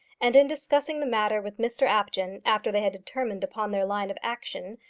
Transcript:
and in discussing the matter with mr apjohn, after they had determined upon their line of action,